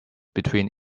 between